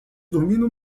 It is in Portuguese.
dormindo